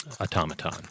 automaton